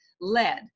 lead